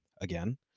again